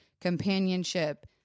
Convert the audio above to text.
Companionship